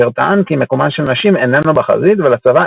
אשר טען כי מקומן של נשים איננו בחזית ולצבא